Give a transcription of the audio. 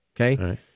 okay